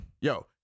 Yo